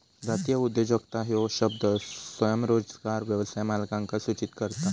जातीय उद्योजकता ह्यो शब्द स्वयंरोजगार व्यवसाय मालकांका सूचित करता